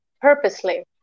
purposely